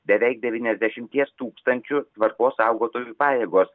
beveik devyniasdešimties tūkstančių tvarkos saugotojų pajėgos